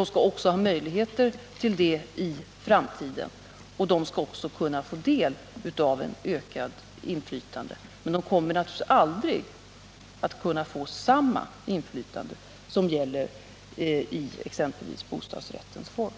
att de då också naturligtvis skall ha möjlighet att göra detta i framtiden. De skall också kunna få del av det ökade inflytandet, men de kommer naturligtvis aldrig att kunna få samma inflytande som gäller exempelvis i bostadsrättens form.